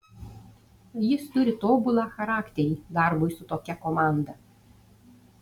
jis turi tobulą charakterį darbui su tokia komanda